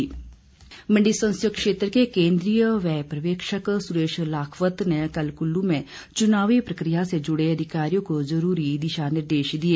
चनाव बैठक मण्डी संसदीय क्षेत्र के केन्द्रीय व्यय पर्यवेक्षक सुरेश लखावत ने कल कुल्लू में चुनावी प्रक्रिया से जुड़े अधिकारियों को ज़रूरी दिशा निर्देश दिए